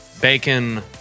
Bacon